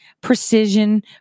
precision